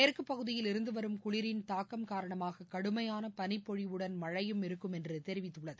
மேற்கு பகுதியில் இருந்து வரும் குளிரின் தாக்கம் காரணமாக கடுமையான பனிப்பொழிவுடன் மழையும் இருக்கும் என்று தெரிவித்துள்ளது